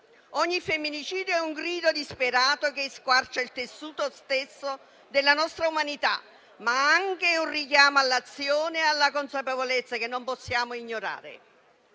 Ogni femminicidio è un grido disperato che squarcia il tessuto stesso della nostra umanità, ma anche un richiamo all'azione e alla consapevolezza che non possiamo ignorare.